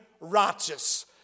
righteous